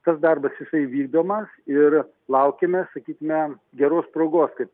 tas darbas jisai vykdomas ir laukiame sakysime geros progos kai